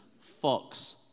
Fox